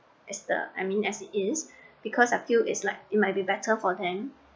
as the I mean as it is because I feel is like it might be better for them